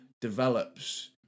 develops